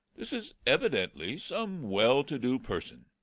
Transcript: this is evidently some well-to-do person.